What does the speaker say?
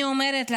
אני אומרת לכם,